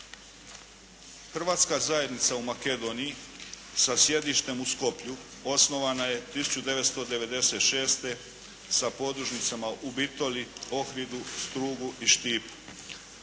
Hrvatska zajednica u Makedoniji sa sjedištem u Skopju osnovana je 1996. sa podružnicama u Bitoli, Ohridu, Strugu i Štipu